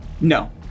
no